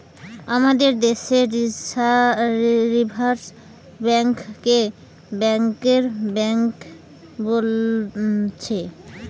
আমাদের দেশে reserve bank কে ব্যাংকের বেঙ্ক বোলছে